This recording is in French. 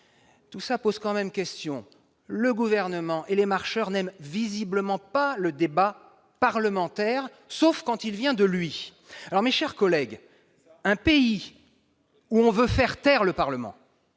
tout de même question ... Le Gouvernement et les « Marcheurs » n'aiment visiblement pas le débat parlementaire, sauf quand il vient de lui ... Absolument ! Mes chers collègues, un pays où l'on veut faire taire le Parlement,